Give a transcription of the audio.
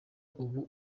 ubu